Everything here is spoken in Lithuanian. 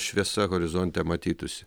šviesa horizonte matytųsi